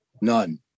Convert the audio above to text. None